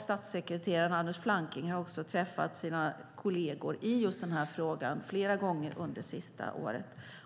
Statssekreterare Anders Flanking har träffat sina kolleger i den här frågan flera gånger det senaste året.